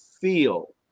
feel